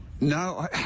No